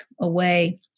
away